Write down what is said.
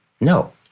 No